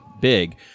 big